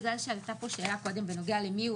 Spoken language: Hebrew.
בגלל שהייתה פה שאלה קודם בנוגע למיהו